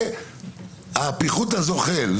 זה הפיחות הזוחל.